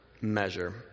measure